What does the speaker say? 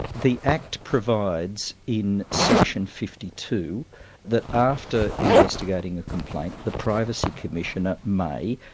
the act provides in section fifty two that after investigating a complaint the privacy commissioner may,